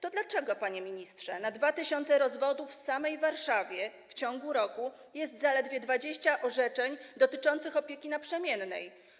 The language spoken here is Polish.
To dlaczego, panie ministrze, na 2 tys. rozwodów w samej Warszawie w ciągu roku jest zaledwie 20 orzeczeń dotyczących opieki naprzemiennej?